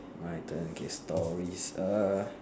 my turn okay stories err